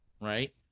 right